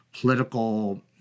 political